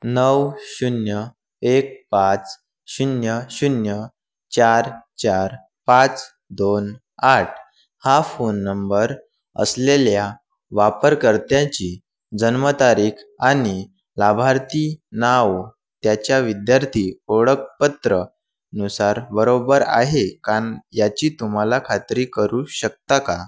नऊ शून्य एक पाच शून्य शून्य चार चार पाच दोन आठ हा फोन नंबर असलेल्या वापरकर्त्याची जन्मतारीख आणि लाभार्थी नाव त्याच्या विद्यार्थी ओळखपत्रानुसार बरोबर आहे कान याची तुम्हाला खात्री करू शकता का